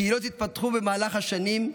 הקהילות התפתחו במהלך השנים,